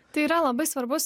tai yra labai svarbus